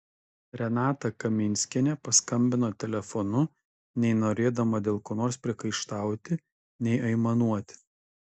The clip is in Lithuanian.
renata kaminskienė paskambino telefonu nei norėdama dėl ko nors priekaištauti nei aimanuoti